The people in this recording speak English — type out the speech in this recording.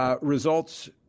Results